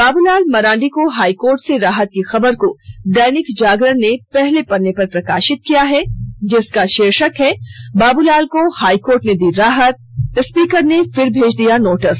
बाबुलाल मरांडी को हाईकोर्ट से राहत की खबर को दैनिक जागरण ने पहले पन्ने पर प्रकाशित किया है जिसका शीर्षक है बाबूलाल को हाईकोर्ट ने दी राहत स्पीकर ने फिर भेज दिया नोटिस